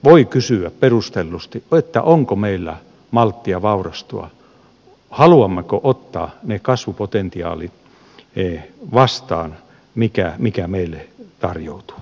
voi kysyä perustellusti onko meillä malttia vaurastua haluammeko ottaa ne kasvupotentiaalit vastaan jotka meille tarjoutuvat